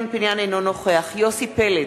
אינו נוכח יוסי פלד,